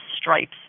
stripes